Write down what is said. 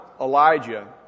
Elijah